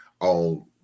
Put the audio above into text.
on